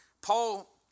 Paul